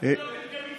אפילו בפתגמים,